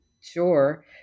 sure